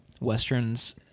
westerns